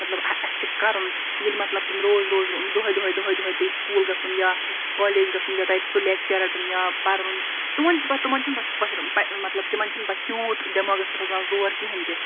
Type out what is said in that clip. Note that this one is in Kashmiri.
مَطلَب اَسہِ چھُ کَرُن ییٚلہِ مَطلَب تِم روز روز دُہاے دُہاے دُہاے دُہاے پیٚیہِ سُکوٗل گَژھُن یا کالج گَژھُن یا تَتہِ سُہ لیٚکچَر رَٹُن یا پَرُن تِمَن چھ پَتہٕ تِمَن چھُنہٕ پَتہٕ سُہ مطلب تِمَن چھُنہٕ پَتہٕ تیوٗت دٮ۪ماغَس پٮ۪ٹھ روزان زور کِہِیٖنۍ تہِ